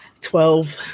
Twelve